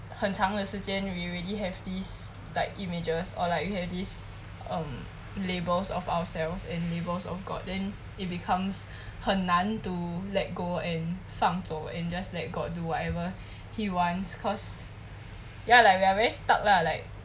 很长的时间 we already have these like images or like you have these labels of ourselves and labels of god then it becomes 很难 to let go and 放走 and just like let god do whatever he wants cause ya like we are like very stuck lah like